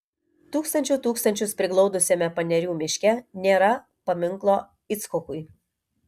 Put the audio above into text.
tūkstančių tūkstančius priglaudusiame panerių miške nėra paminklo icchokui